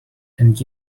and